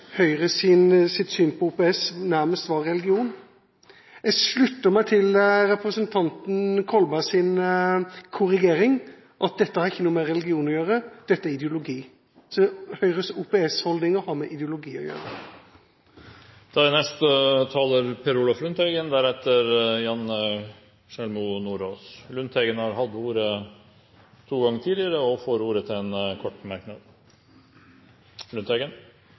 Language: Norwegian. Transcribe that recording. Høyre og Fremskrittspartiet bli enige, og det tror jeg nok blir en større utfordring. Så har jeg en bekjennelse å komme med. Jeg sa tidligere i dag at Høyres syn på OPS nærmest var religion. Jeg slutter meg til representanten Kolbergs korrigering, at dette ikke har noe med religion å gjøre; dette er ideologi. Så Høyres OPS-holdninger har med ideologi å gjøre. Representanten Per Olaf Lundteigen har hatt ordet to ganger